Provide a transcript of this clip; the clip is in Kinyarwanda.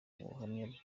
ubuhamya